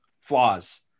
flaws